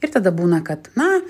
ir tada būna kad na